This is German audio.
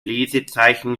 lesezeichen